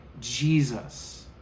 Jesus